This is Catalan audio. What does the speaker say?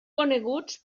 coneguts